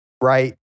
right